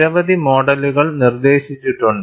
നിരവധി മോഡലുകൾ നിർദ്ദേശിച്ചിട്ടുണ്ട്